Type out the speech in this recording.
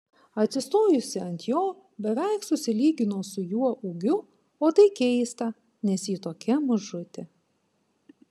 atsistojusi ant jo beveik susilygino su juo ūgiu o tai keista nes ji tokia mažutė